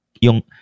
yung